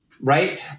right